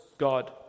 God